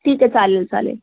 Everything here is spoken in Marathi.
ठीक आहे चालेल चालेल